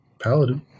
paladin